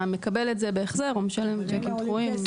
אתה מקבל את זה בהחזר או משלם בצ'קים דחויים.